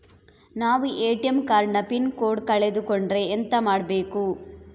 ನಾವು ATM card ನ PIN code ಕಳೆದು ಕೊಂಡ್ರೆ ಎಂತ ಮಾಡ್ಬೇಕು?